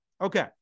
Okay